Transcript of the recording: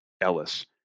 Ellis